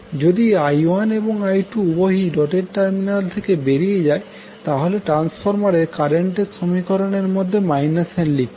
যদি I1এবং I2 উভয়েই ডটেড টার্মিনাল থেকে বেরিয়ে যায় তাহলে ট্রান্সফরমারের কারেন্টের সমীকরণ এর মধ্যে n লিখতে হবে অন্য ক্ষেত্রে n লিখতে হবে